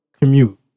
commute